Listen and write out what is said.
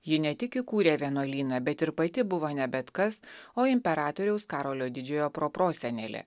ji ne tik įkūrė vienuolyną bet ir pati buvo ne bet kas o imperatoriaus karolio didžiojo pro prosenelė